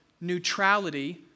neutrality